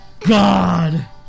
God